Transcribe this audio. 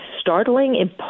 startling